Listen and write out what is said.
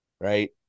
right